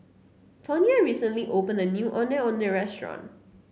Tonya recently opened a new Ondeh Ondeh Restaurant